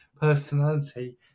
personality